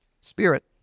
spirit